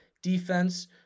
defense